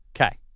Okay